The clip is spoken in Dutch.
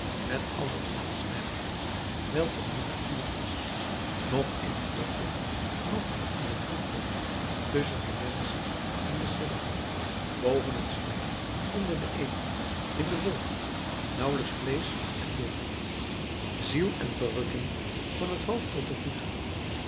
met al de onwaarschijnlijkheid welke in de natuur is noch in het toppunt noch in het voetpunt tusschen den mensch en den seraf boven het slijk onder den ether in de wolken nauwelijks vleesch en been ziel en verrukking van het hoofd tot de voeten